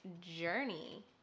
journey